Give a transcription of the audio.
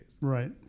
Right